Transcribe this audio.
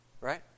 right